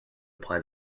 apply